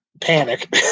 panic